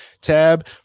tab